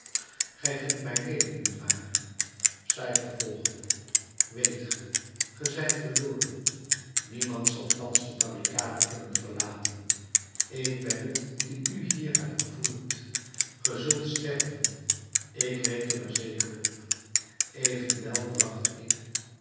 gij vindt mij leelijk niet waar zij vervolgde weet ge ge zijt verloren niemand zal thans de barricade kunnen verlaten ik ben t die u hier heb gevoerd ge zult sterven ik reken er zeker op evenwel bracht ik